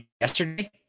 yesterday